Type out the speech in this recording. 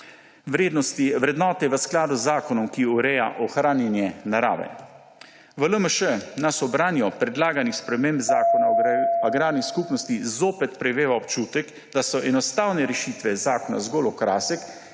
vrednote v skladu za zakonom, ki ureja ohranjanje narave. V LMŠ nas ob branju predlaganih sprememb zakona o agrarnih skupnostih zopet preveva občutek, da so enostavne rešitve zakona zgolj okrasek,